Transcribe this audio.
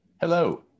Hello